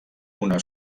una